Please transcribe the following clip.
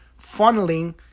funneling